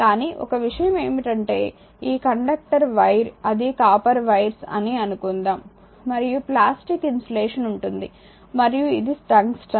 కానీ ఒక విషయం ఏమిటంటే ఈ కండక్టర్ వైర్ అది కాపర్ వైర్స్ అని అనుకుందాం మరియు ప్లాస్టిక్ ఇన్సులేషన్ ఉంటుంది మరియు ఇది టంగ్స్టన్